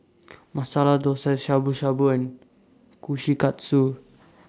Masala Dosa Shabu Shabu and Kushikatsu